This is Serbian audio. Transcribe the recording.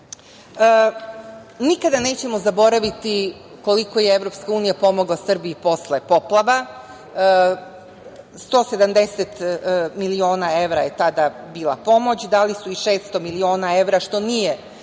dalje. Nikada nećemo zaboraviti koliko je EU pomogla Srbiji posle poplava. Dakle, 170 miliona evra je tada bila pomoć, dali su i 600 miliona evra, što nije